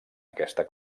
aquesta